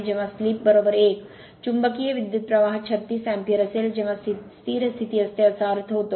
जेव्हा स्लिप 1 चुंबकीय विद्युत प्रवाह 36 अँपिअर असेल जेव्हा स्थिर स्थिती असते असा अर्थ होतो